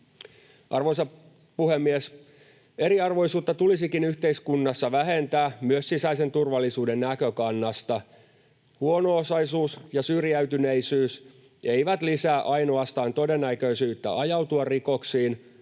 Arvoisa puhemies! Eriarvoisuutta tulisikin yhteiskunnassa vähentää myös sisäisen turvallisuuden näkökannalta. Huono-osaisuus ja syrjäytyneisyys eivät lisää ainoastaan todennäköisyyttä ajautua rikoksiin,